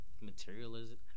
materialism